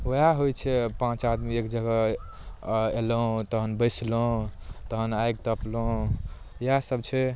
ओएह होइत छै पाँच आदमी एक जगह एलहुँ तहन बैसलहुँ तहन आगि तपलहुँ इएह सब छै